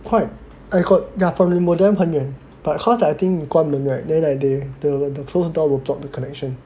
quite I got yeah from the modem 很远 but cause I think 关门 right then I they the the close door will block the connection